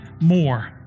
more